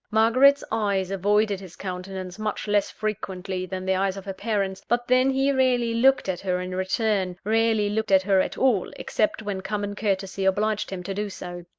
margaret's eyes avoided his countenance much less frequently than the eyes of her parents but then he rarely looked at her in return rarely looked at her at all, except when common courtesy obliged him to do so.